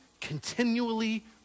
continually